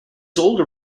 older